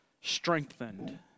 strengthened